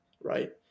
right